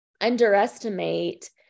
underestimate